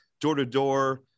door-to-door